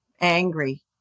angry